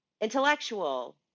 intellectual